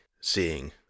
seeing